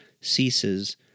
ceases